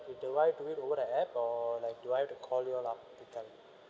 do I do it over the app or like do I have to call you up to tell